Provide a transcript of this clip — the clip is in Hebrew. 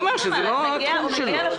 הוא אומר שזה לא התחום שלו.